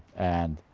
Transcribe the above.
and